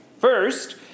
First